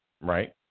right